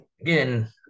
again